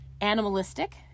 animalistic